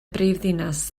brifddinas